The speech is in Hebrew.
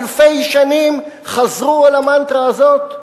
אלפי שנים חזרו על המנטרה הזאת.